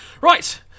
right